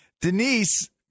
Denise